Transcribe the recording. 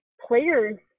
players